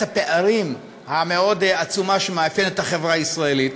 הפערים המאוד-עצומה שמאפיינת את החברה הישראלית,